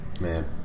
Man